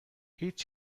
هیچ